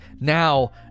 now